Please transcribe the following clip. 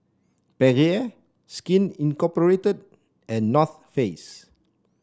Perrier Skin Incorporated and North Face